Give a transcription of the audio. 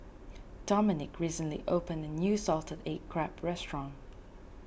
Domenick recently opened a new Salted Egg Crab restaurant